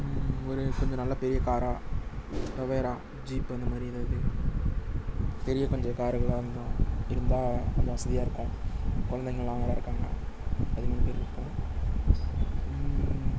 ஒரு கொஞ்சம் நல்ல பெரிய காராக தவேரா ஜீப் அந்தமாதிரி எதாவது பெரிய கொஞ்சம் காருங்களாக இருந்தால் இருந்தால் வசதியாக இருக்கும் குழந்தைங்கள்லாம் வேற இருக்காங்க பதிமூணு பேர் இருக்கோம்